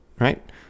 Right